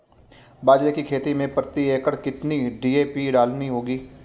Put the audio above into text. बाजरे की खेती में प्रति एकड़ कितनी डी.ए.पी डालनी होगी?